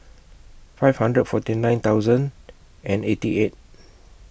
five hundred forty nine thousand and eighty eight